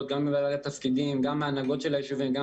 וגם ממלאי התפקידים וגם מההנהגות של היישובים מראים